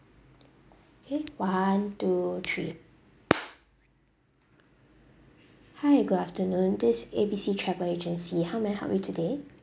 okay one two three hi good afternoon this a b c travel agency how may I help you today